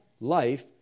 life